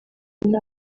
nta